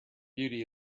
beauty